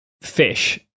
fish